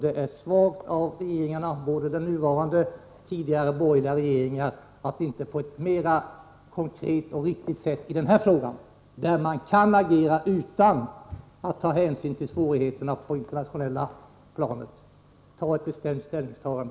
Det är svagt av regeringarna, både av den nuvarande och av tidigare borgerliga regeringar, att inte på ett mera konkret och riktigt sätt ta tag i den här frågan, där det utan hänsyn till svårigheterna på det internationella planet finns möjlighet till ett bestämt ställningstagande.